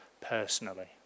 personally